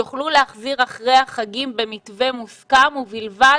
יוכלו להחזיר אחרי החגים במתווה מוסכם ובלבד